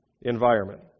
environment